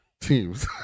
teams